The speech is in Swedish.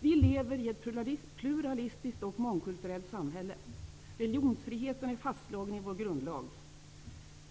Vi lever i ett pluralistiskt och mångkulturellt samhälle. Religionsfriheten är fastslagen i vår grundlag.